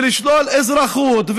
ולשלול אזרחות,